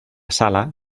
sala